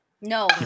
no